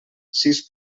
sis